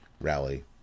rally